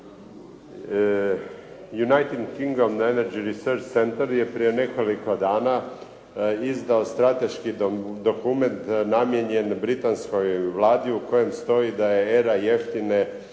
United Kingdom research centar je prije nekoliko dana izdao strateški dokument namijenjen Britanskoj vladi u kojoj stoji da je era jeftine